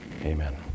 Amen